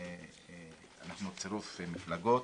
אנחנו צירוף מפלגות